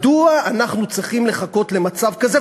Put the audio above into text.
מדוע אנחנו צריכים לחכות למצב כזה?